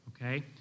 Okay